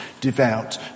devout